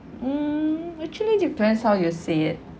mm actually depends how you see it